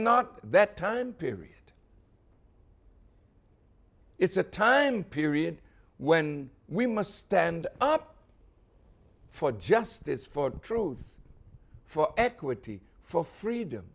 not that time period it's a time period when we must stand up for justice for truth for equity for freedom